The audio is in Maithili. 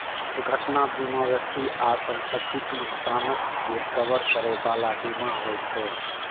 दुर्घटना बीमा व्यक्ति आ संपत्तिक नुकसानक के कवर करै बला बीमा होइ छे